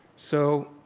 so